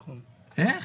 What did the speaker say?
איך?